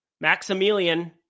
Maximilian